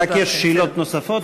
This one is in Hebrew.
לגבי, רק יש שאלות נוספות.